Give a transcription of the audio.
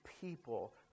people